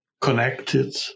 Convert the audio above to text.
connected